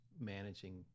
managing